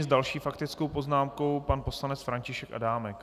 S další faktickou poznámkou pan poslanec František Adámek.